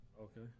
Okay